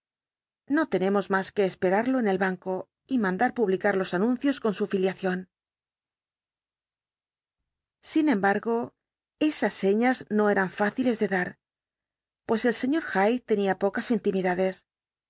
no tenemos más que esperarlo en el banco y mandar publicar los anuncios con su filiación sin embargo esas señas no eran fáciles de dar pues el sr hyde tenía pocas intimidades